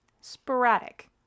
sporadic